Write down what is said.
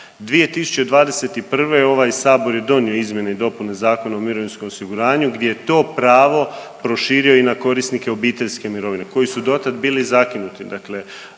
2021. ovaj Sabor je donio izmjene i dopune Zakona o mirovinskom osiguranju gdje je to pravo proširio i na korisnike obiteljske mirovine koji su dotad bili zakinuti.